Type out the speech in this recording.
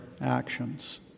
actions